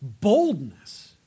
boldness